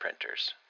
printers